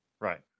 Right